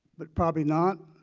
but probably not,